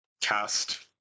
Cast